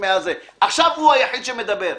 עכשיו הוא היחיד שמדבר.